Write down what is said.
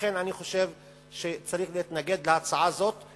לכן, אני חושב שצריך להתנגד להצעה זאת.